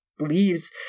Leaves